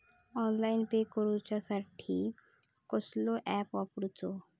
Online pay करूचा साठी कसलो ऍप वापरूचो?